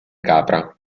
capra